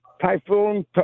Typhoon